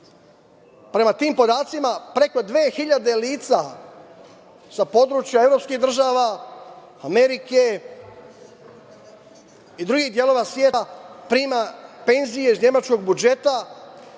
Prema tim podacima, preko 2.000 lica sa područja evropskih država, Amerike i drugih delova sveta prima penzije iz nemačkog budžeta